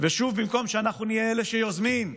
ושוב, במקום שאנחנו נהיה אלה שיוזמים,